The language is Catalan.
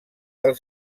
del